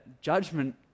judgment